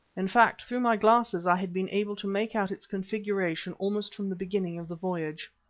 in fact, through my glasses, i had been able to make out its configuration almost from the beginning of the voyage.